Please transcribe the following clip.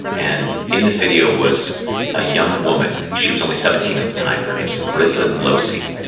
and in this video was a young woman, she was only seventeen at the time. her name's britlin losee.